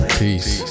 peace